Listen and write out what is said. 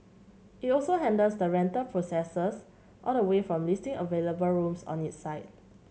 it also handles the rental processes all the way from listing available rooms on its site